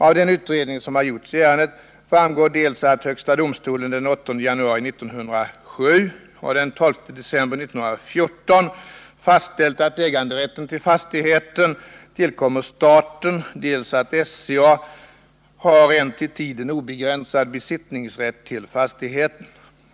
Av den utredning som har gjorts i ärendet framgår dels att högsta domstolen den 8 januari 1907 och den 12 december 1914 fastställt att äganderätten till fastigheten tillkommer staten, dels att SCA har en till tiden obegränsad besittningsrätt till fastigheten.